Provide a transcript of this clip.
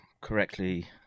correctly